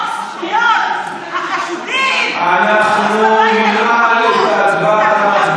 חוק זכויות החשודים, אנחנו ננעל את ההצבעה.